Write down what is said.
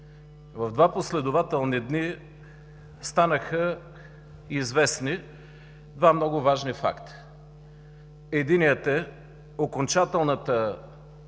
В два последователни дни станаха известни два много важни факта. Единият е окончателната